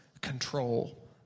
control